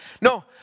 No